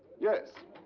yes.